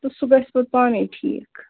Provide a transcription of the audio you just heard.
تہٕ سُہ گژھِ پتہٕ پانٕے ٹھیٖک